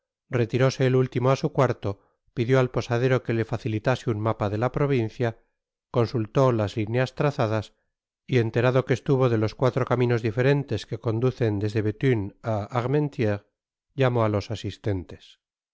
retiróse et úilimo á su cuarto pidió al posadero que le facilitase un mapa de la provincia consulió las lineas trazadas y enterado que estuvo de los cuatro caminos diforentes que conducen desde bethune á armentieres ltamó á los asistentes